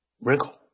wrinkle